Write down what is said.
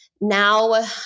Now